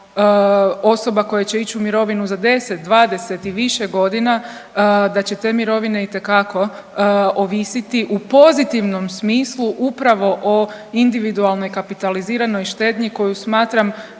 osoba koja će ići u mirovinu za 10, 20 i više godina da će te mirovine itekako ovisiti u pozitivnom smislu upravo o individualnoj kapitaliziranoj štednji koju smatram